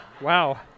Wow